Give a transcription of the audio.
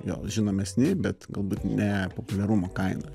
jo žinomesni bet galbūt ne populiarumo kaina